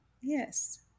Yes